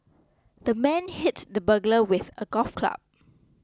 the man hit the burglar with a golf club